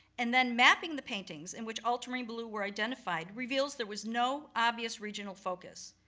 and then mapping the paintings in which ultramarine blue were identified, reveals there was no obvious regional focus.